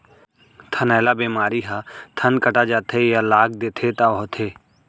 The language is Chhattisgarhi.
थनैला बेमारी ह थन कटा जाथे या लाग देथे तौ होथे